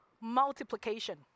multiplication